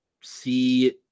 see